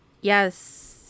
Yes